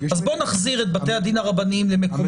אז בוא נחזיר את בתי הדין הרבניים למקומם